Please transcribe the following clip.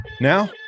Now